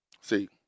See